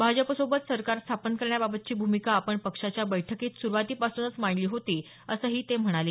भाजपसोबत सरकार स्थापन करण्याबाबतची भूमिका आपण पक्षाच्या बैठकीत सुरूवातीपासून मांडली होती असंही ते म्हणाले